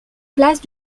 place